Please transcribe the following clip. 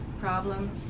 problem